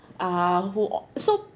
uh who err so